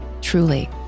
truly